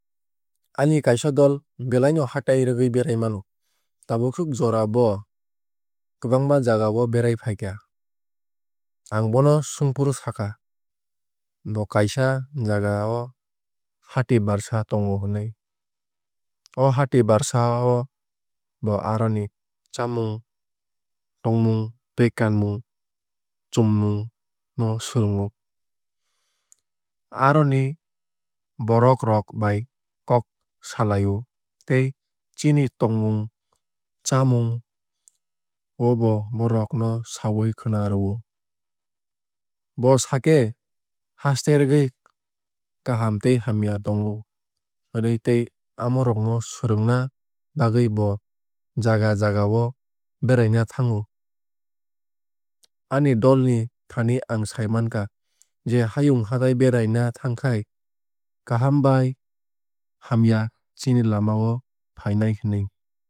Ani kaisa dol belai no hatai rwgwui berai mano. Tabuk swk jora bo kwbangma jagao berai faikha. Ang bono swngfru sakha bo kaisa jagao hati barsa tongo hinui. O hati barsao bo aroni chamung tomung tei kanmung chumung no swrwngo. Aroni borok rok bai kok salai o tei chini tomung chamung o bo bohrok no sawui khwnarwo. Bo sakha haste rwgwui kaham tei hamya tongo hinui tei amo rok no swrwngna bagwui bo jaga jagao beraina thango. Ani dol ni thani ang saimankha je hayung hatai beraina thangkhai kaham bai hamya chini lama o fainai hinui.